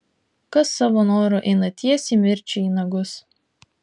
kas savo noru eina tiesiai mirčiai į nagus